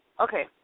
okay